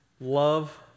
love